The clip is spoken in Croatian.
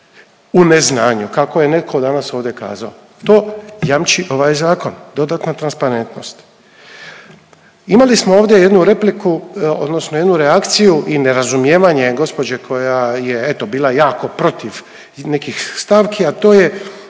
u neznanju, kako je netko danas ovdje kazao, to jamči ovaj zakon, dodatna transparentnost. Imali smo ovdje jednu repliku odnosno jednu reakciju i nerazumijevanje gospođe koja je eto bila jako protiv nekih stavki, a to je